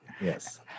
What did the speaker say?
Yes